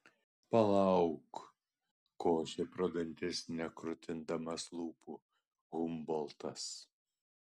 palauk košė pro dantis nekrutindamas lūpų humboltas